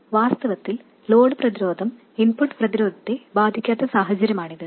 വാസ്തവത്തിൽ ലോഡ് പ്രതിരോധം ഇൻപുട്ട് പ്രതിരോധത്തെ ബാധിക്കാത്ത സാഹചര്യമാണിത്